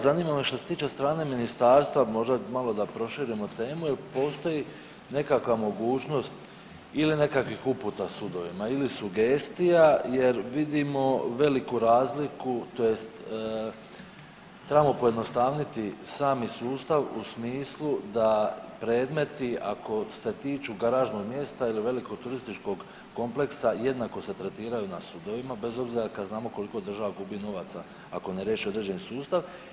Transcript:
Zanima me što se tiče od strane ministarstva, možda malo da proširimo temu jel' postoji nekakva mogućnost ili nekakvih uputa sudovima ili sugestija jer vidimo veliku razliku, tj. trebamo pojednostavniti sami sustav u smislu da predmeti ako se tiču garažnog mjesta ili velikog turističkog kompleksa jednako se tretiraju na sudovima bez obzira kad znamo koliko država gubi novaca ako ne riješe određeni sustav.